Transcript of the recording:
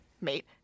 mate